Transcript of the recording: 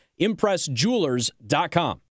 ImpressJewelers.com